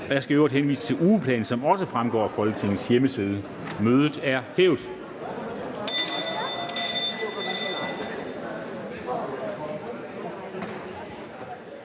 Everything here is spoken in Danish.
jeg skal i øvrigt henvise til ugeplanen, som også vil fremgå af Folketingets hjemmeside. Mødet er hævet.